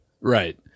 Right